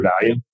value